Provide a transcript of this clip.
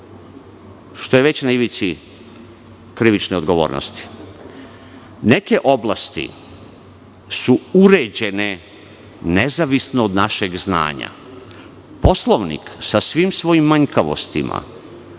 što je na ivici krivične odgovornosti. Neke oblasti su uređene nezavisno od našeg znanja. Poslovnik, sa svim svojim manjkavostima,